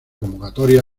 convocatoria